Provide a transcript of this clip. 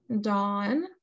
Dawn